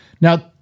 Now